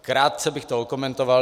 Krátce bych to okomentoval.